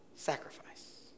Sacrifice